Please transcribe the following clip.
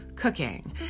Cooking